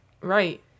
Right